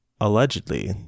Allegedly